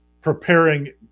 preparing